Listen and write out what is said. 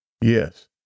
Yes